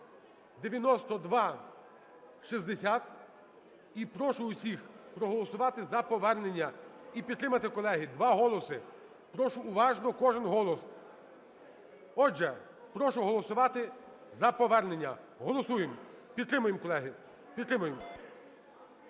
9260, і прошу усіх проголосувати за повернення, і підтримати, колеги – два голоси. Прошу уважно, кожен голос. Отже, прошу голосувати за повернення. Голосуємо. Підтримуємо, колеги.